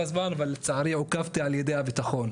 שמי עלאא פחורי,